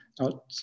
out